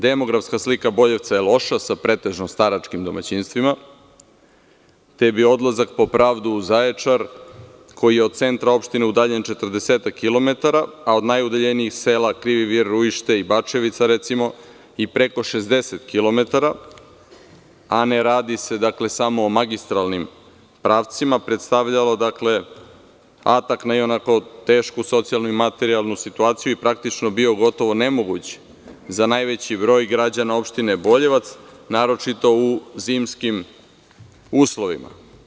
Demografska slika Boljevca je loša sa pretežno staračkim domaćinstvima, te bi odlazak po pravdu u Zaječar, koji je od centra opštine udaljen četrdesetak kilometara,a od najudaljenijih sela Krivi vir, Rujište i Bačevica recimo i preko 60 kilometara, a ne radi se samo o magistralnim pravcima, predstavljao atak na ionako tešku socijalnu i materijalnu situaciju i praktično bio gotovo nemoguć za najveći broj građana opštine Boljevac, naročito u zimskim uslovima.